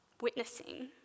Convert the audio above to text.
witnessing